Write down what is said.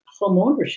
homeownership